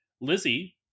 Lizzie